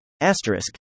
Asterisk